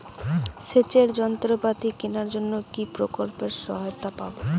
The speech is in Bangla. সেচের যন্ত্রপাতি কেনার জন্য কি প্রকল্পে সহায়তা পাব?